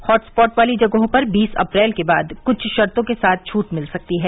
hotspot वाली जगहों पर बीस अप्रैल के बाद कुछ शर्तो के साथ छूट मिल सकती है